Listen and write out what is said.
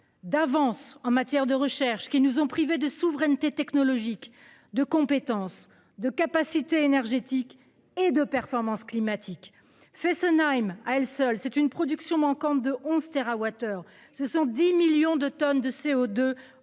d'avance en matière de recherche qui nous ont privés de souveraineté technologique de compétences de capacités énergétiques et de performance climatique Fessenheim à elle seule, c'est une production manquant de 11 TWh, ce sont 10 millions de tonnes de CO2